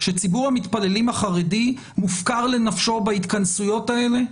שציבור המתפללים החרדי מופקר לנפשו בהתכנסויות האלה?